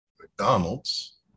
McDonald's